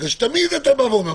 תמיד אתה בא ואומר,